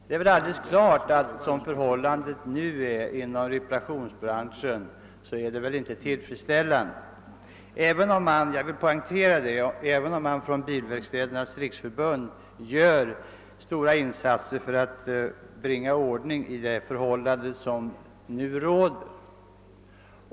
Det är väl alldeles klart att förhållandena inom reparationsbranschen nu inte är tillfredsställande, även om man, jag vill poängtera det, från Bilverkstädernas riksförbund gör stora insatser för att komma till rätta med de förhållanden som nu råder.